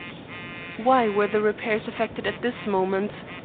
why were the repairs effected at this moment?